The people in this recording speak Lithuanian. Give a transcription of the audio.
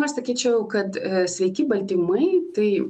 aš sakyčiau kad sveiki baltymai tai